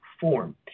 form